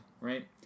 Right